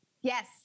Yes